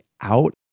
out